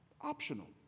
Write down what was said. optional